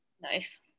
Nice